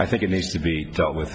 i think it needs to be dealt with